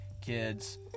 kids